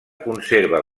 conserva